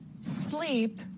sleep